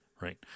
Right